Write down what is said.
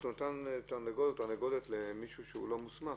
אתה נותן תרנגולת למישהו שלא מוסמך?